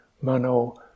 Mano